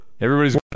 Everybody's